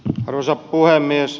arvoisa puhemies